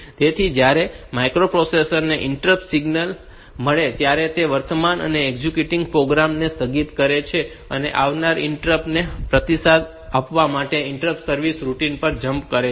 તેથી જ્યારે માઈક્રોપ્રોસેસરને ઈન્ટરપ્ટ સિગ્નલ મળે છે ત્યારે તે વર્તમાનમાં એક્ઝીક્યુટીંગ પ્રોગ્રામ ને સ્થગિત કરે છે અને આવનારા ઈન્ટ્રપ્ટ ને પ્રતિસાદ આપવા માટે ઈન્ટરપ્ટ સર્વિસ રૂટીન પર જમ્પ કરે છે